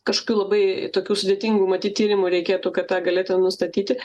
kažkokių labai tokių sudėtingų matyt tyrimų reikėtų kad tą galėtumėm nustatyti